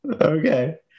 Okay